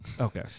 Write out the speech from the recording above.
Okay